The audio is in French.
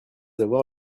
avoir